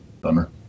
Bummer